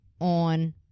on